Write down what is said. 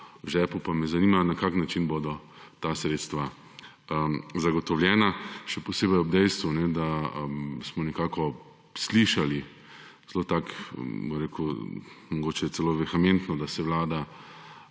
v žepu. Pa me zanima: Na kakšen način bodo ta sredstva zagotovljena? Še posebej ob dejstvu, da smo nekako slišali zelo tak, bom rekel, mogoče celo vehementno, da se Vlada